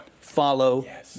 Follow